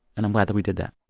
and i'm glad that we did that.